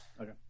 Okay